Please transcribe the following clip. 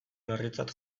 larritzat